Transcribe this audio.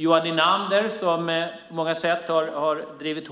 Johan Linander som på många sätt har drivit